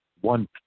one